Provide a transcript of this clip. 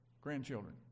grandchildren